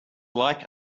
like